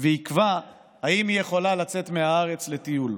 ויקבע אם היא יכולה לצאת מהארץ לטיול.